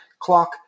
clock